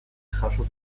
jaso